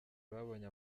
babonye